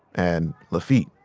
and lafitte.